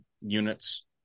units